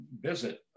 visit